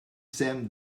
same